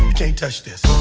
touch this